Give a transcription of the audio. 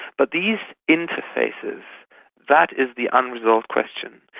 but these interfaces that is the unresolved question.